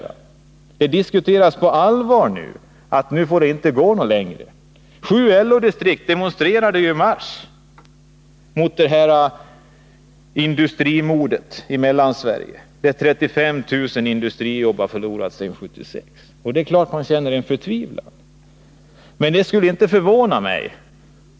På allvar diskuteras nu att denna politik inte får drivas längre. Sju LO-distrikt demonstrerade i mars mot industrimordet i Mellansverige, där 35 000 industrijobb har förlorats sedan 1976. Det är klart att människorna känner förtvivlan.